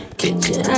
kitchen